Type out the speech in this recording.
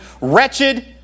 wretched